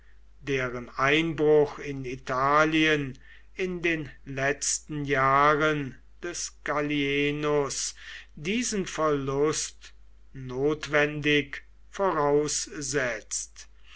deren einbruch in italien in den letzten jahren des gallienus diesen verlust notwendig voraussetzt